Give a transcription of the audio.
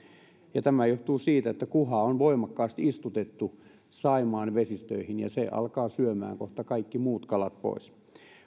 ja tämä johtuu siitä että kuhaa on voimakkaasti istutettu saimaan vesistöihin ja se alkaa syömään kohta kaikki muut kalat pois